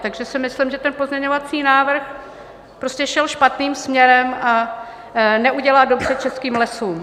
Takže si myslím, že ten pozměňovací návrh šel špatným směrem a neudělá dobře českým lesům.